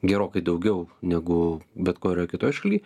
gerokai daugiau negu bet kurioj kitoj šaly